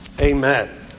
Amen